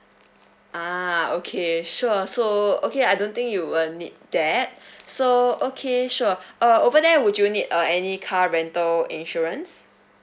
ah okay sure so okay I don't think you will need that so okay sure uh over there would you need uh any car rental insurance